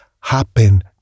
happen